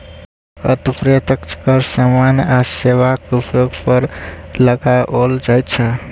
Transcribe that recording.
अप्रत्यक्ष कर सामान आ सेवाक उपयोग पर लगाओल जाइत छै